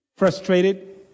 Frustrated